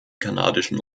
kanadischen